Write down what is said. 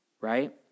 Right